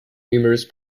numerous